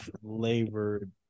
flavored